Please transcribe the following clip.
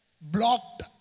blocked